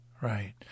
right